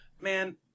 Man